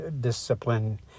discipline